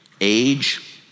age